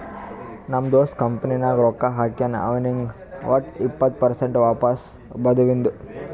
ನಮ್ ದೋಸ್ತ ಕಂಪನಿ ನಾಗ್ ರೊಕ್ಕಾ ಹಾಕ್ಯಾನ್ ಅವ್ನಿಗ್ ವಟ್ ಇಪ್ಪತ್ ಪರ್ಸೆಂಟ್ ವಾಪಸ್ ಬದುವಿಂದು